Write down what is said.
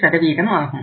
33 ஆகும்